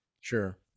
Sure